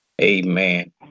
Amen